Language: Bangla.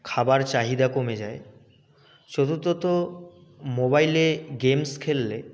খাবার চাহিদা কমে যায় শুধুতো মোবাইলে গেমস খেললে